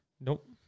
Nope